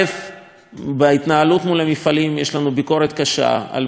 בהתנהלות מול המפעלים יש לנו ביקורת קשה על פעילות בז"ן,